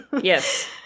Yes